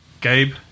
Gabe